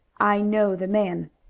i know the man.